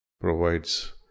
provides